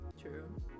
True